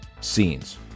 scenes